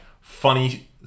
funny